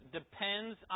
depends